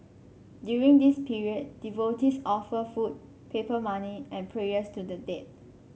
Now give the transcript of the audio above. during this period devotees offer food paper money and prayers to the dead